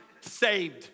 saved